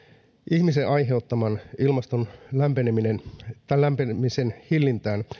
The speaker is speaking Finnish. ihmisen aiheuttaman ilmaston lämpenemisen hillintään